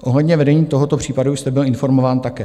Ohledně vedení tohoto případu jste byl informován také.